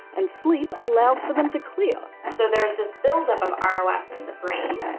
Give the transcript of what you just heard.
and sleep allows from them to clear. so there's this build up of ah ros in the brain,